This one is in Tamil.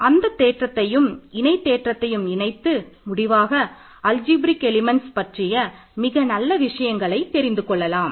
இதில் அந்தத் தேற்றத்தையும் இணைத் தேற்றத்தையும் இணைத்து முடிவாக அல்ஜிப்ரேக் பற்றிய மிக நல்ல விஷயங்களை தெரிந்து கொள்ளலாம்